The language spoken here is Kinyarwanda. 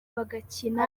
bagakina